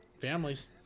Families